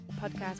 Podcast